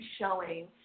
showing